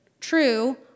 True